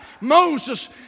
Moses